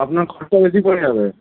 আপনার খরচা বেশি পড়ে যাবে